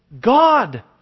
God